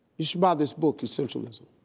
you should buy this book essentialism.